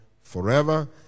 forever